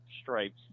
stripes